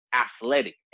athletic